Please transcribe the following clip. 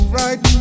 right